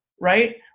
right